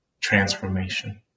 transformation